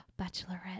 bachelorette